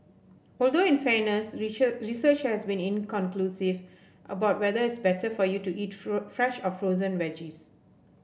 although in fairness research has been inconclusive about whether it's better for you to eat fresh or frozen veggies